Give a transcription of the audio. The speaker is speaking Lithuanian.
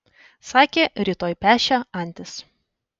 sakė rytoj pešią antis